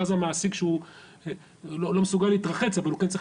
שאז המעסיק שהוא לא מסוגל להתרחץ אבל הוא כן צריך